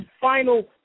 final